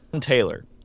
Taylor